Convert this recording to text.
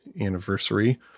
anniversary